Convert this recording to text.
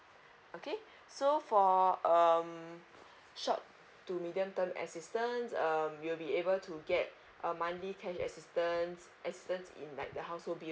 okay so for um short to medium term assistance um you will be able to get a monthly cash assistance assistance in like the household bill